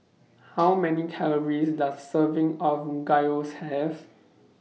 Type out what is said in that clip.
How Many Calories Does A Serving of Gyros Have